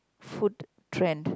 food trend